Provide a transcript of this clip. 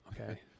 Okay